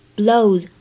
blows